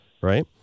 right